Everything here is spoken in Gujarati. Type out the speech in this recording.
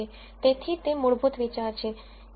તેથી તે મૂળભૂત વિચાર છે